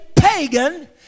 pagan